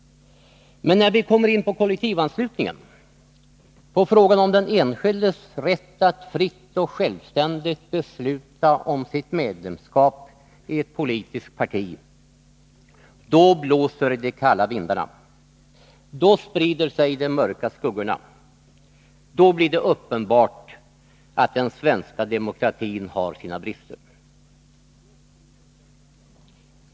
Men när vi kommer in på kollektivanslutningen, på frågan om den enskildes rätt att fritt och självständigt besluta om sitt medlemskap i ett politiskt parti, då blåser det kalla vindar, då sprider sig de mörka skuggorna, då blir det uppenbart att den svenska demokratin har sina brister.